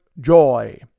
joy